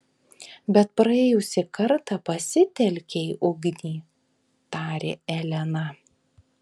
bet praėjusį kartą pasitelkei ugnį tarė elena